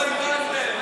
אנחנו בעד, מה לא הבנתם?